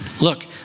Look